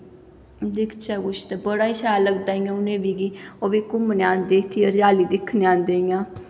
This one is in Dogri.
दिखचै कुछ ते बड़ा ई शैल लगदा उ'नेंगी बी ओह् बी घूमने गी आंदे इत्थें हरेयाली दिक्खने गी आंदे इ'यां